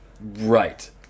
Right